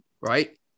right